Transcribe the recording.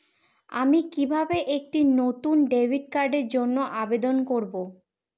আমি কিভাবে একটি নতুন ডেবিট কার্ডের জন্য আবেদন করব?